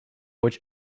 which